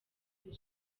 muri